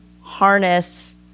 harness